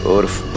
would've